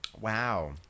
Wow